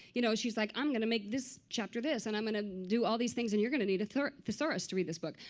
you know, she's like, i'm going to make this chapter this, and i'm going to do all these things. and you're going to need a thesaurus to read this book.